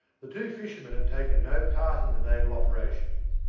the two fishermen had taken no part in the naval operations,